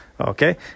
Okay